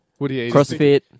CrossFit